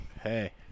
Hey